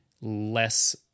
less